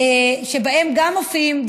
שבהם גם מופיעים,